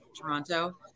Toronto